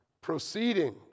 proceeding